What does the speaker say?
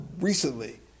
recently